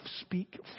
speak